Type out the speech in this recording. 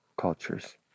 cultures